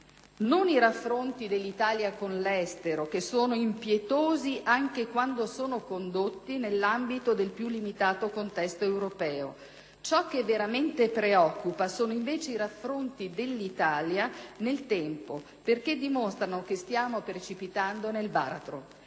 non i raffronti dell'Italia con l'estero, che sono impietosi anche quando sono condotti nell'ambito del più limitato contesto europeo; ciò che veramente preoccupa sono invece i raffronti dei dati italiani nel tempo perché dimostrano che stiamo precipitando nel baratro.